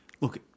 Look